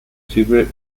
sirve